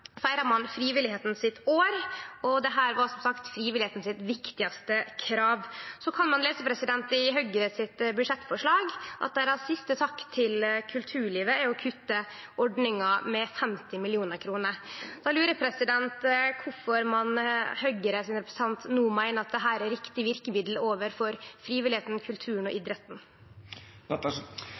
sitt år, og dette var som sagt frivilligheita sitt viktigaste krav. Ein kan lese i budsjettforslaget frå Høgre at deira siste takk til kulturlivet er å kutte ordninga med 50 mill. kr. Då lurer eg på kvifor representanten frå Høgre no meiner at dette er rett verkemiddel for frivilligheita, kulturen og idretten.